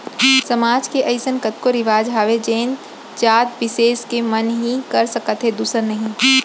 समाज के अइसन कतको रिवाज हावय जेन जात बिसेस के मन ही कर सकत हे दूसर नही